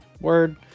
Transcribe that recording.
word